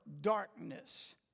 darkness